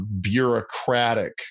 bureaucratic